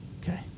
Okay